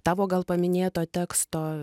tavo gal paminėto teksto